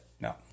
No